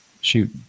Shoot